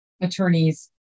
attorneys